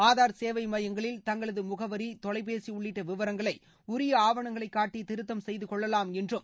ஆதார் சேவை மையங்களில் தங்களது முகவரி தொலைபேசி உள்ளிட்ட விவரங்களை உரிய ஆவணங்களை காட்டி திருத்தம் செய்தகொள்ளலாம் என்றும்